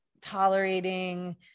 tolerating